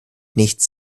nichts